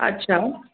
अच्छा